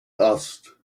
asked